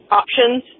options